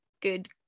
good